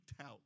out